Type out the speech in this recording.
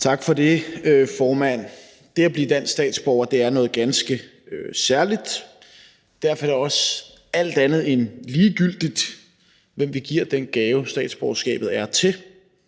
Tak for det, formand. Det at blive dansk statsborger er noget ganske særligt. Derfor er det også alt andet end ligegyldigt, hvem vi giver den gave, statsborgerskabet er, til,